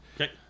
Okay